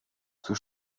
zur